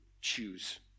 choose